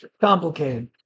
complicated